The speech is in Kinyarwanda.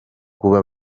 kuba